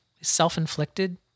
self-inflicted